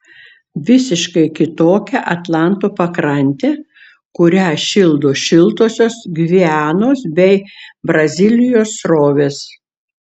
visiškai kitokia atlanto pakrantė kurią šildo šiltosios gvianos bei brazilijos srovės